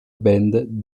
band